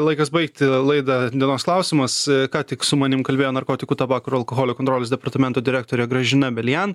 laikas baigti laidą dienos klausimas ką tik su manim kalbėjo narkotikų tabako ir alkoholio kontrolės departamento direktorė gražin belian